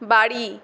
বাড়ি